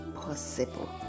possible